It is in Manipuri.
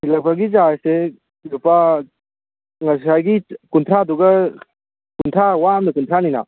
ꯊꯤꯜꯂꯛꯄꯒꯤ ꯆꯥꯔꯖꯁꯦ ꯂꯨꯄꯥ ꯉꯁꯥꯏꯒꯤ ꯀꯨꯟꯊ꯭ꯔꯥꯗꯨꯒ ꯀꯨꯟꯊ꯭ꯔꯥ ꯋꯥ ꯑꯃꯗ ꯀꯨꯟꯊ꯭ꯔꯥꯅꯤꯅ